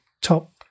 top